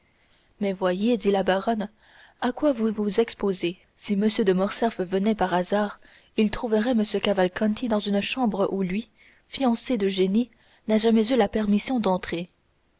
mais voyez dit la baronne à quoi vous vous exposez si m de morcerf venait par hasard il trouverait m cavalcanti dans une chambre où lui fiancé d'eugénie n'a jamais eu la permission d'entrer